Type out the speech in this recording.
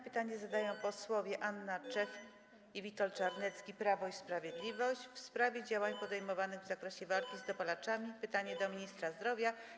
Pytanie zadają posłowie Anna Czech i Witold Czarnecki, Prawo i Sprawiedliwość, w sprawie działań podejmowanych w zakresie walki z dopalaczami - pytanie do ministra zdrowia.